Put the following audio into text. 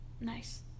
Nice